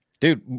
Dude